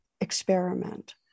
experiment